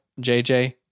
JJ